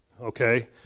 okay